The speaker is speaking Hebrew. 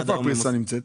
איפה הפריסה נמצאת?